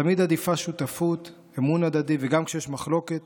תמיד עדיפים שותפות, אמון הדדי, וגם כשיש מחלוקת